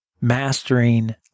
mastering